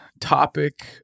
topic